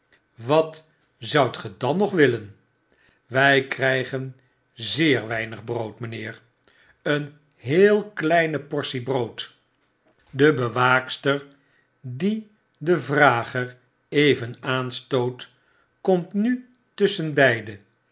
wat zoudt ge dan nog willen wij krygen zeer weinig brood mynheer een heel kleine portie brood de bewaakster die den vrager even aanstoot kom nu